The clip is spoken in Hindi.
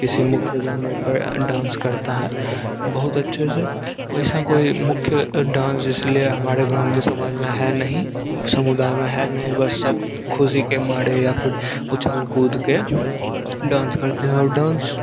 किसी मुख्य गाने पर डांस करता है बहुत अच्छे से वैसा कोई मुख्य डांस इसलिए हमारे ग्रामीण समाज में है नहीं समुदाय में है नहीं बस सब खुशी के मारे या फिर उछल कूद कर डांस करते हैं और डांस